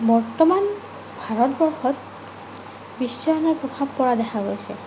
বৰ্তমান ভাৰতবৰ্ষত বিশ্বায়নৰ প্ৰভাৱ দেখা গৈছে